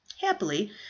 happily